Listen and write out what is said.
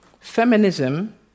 Feminism